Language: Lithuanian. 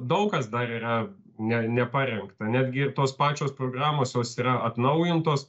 daug kas dar yra ne neparengta netgi ir tos pačios programos jos yra atnaujintos